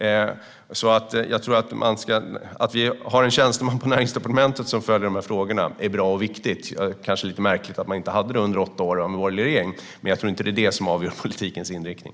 Jag tror att det är bra och viktigt att ha en tjänsteman på Näringsdepartementet som följer de här frågorna - det kanske är lite märkligt att man inte hade det under åtta år av borgerlig regering - men jag tror inte att det är det som avgör politikens inriktning.